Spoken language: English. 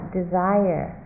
desire